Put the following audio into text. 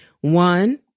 One